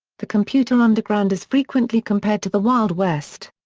the computer underground is frequently compared to the wild west.